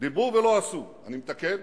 דיברו ולא עשו, אני מתקן: